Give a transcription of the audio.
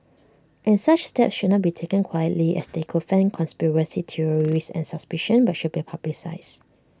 and such steps should not be taken quietly as they could fan conspiracy theories and suspicion but should be publicised